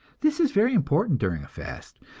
this is very important during a fast,